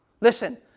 Listen